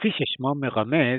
כפי ששמו מרמז,